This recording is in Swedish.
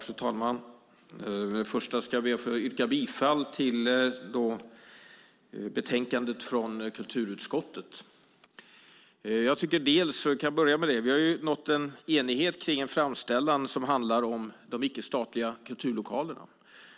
Fru talman! För det första ska jag be att få yrka bifall till förslaget i betänkandet från kulturutskottet. Vi har nått en enighet kring en framställan som handlar om de icke statliga kulturlokalerna.